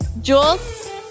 Jules